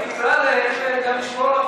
אולי תקרא להם גם לשמור על